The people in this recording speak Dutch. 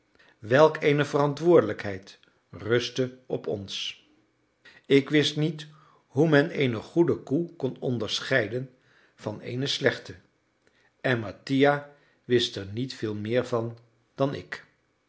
welk eene verantwoordelijkheid rustte op ons ik wist niet hoe men eene goede koe kon onderscheiden van eene slechte en mattia wist er niet veel meer van dan ik